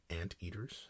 Anteaters